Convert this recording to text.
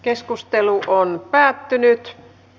keskustelu päättyi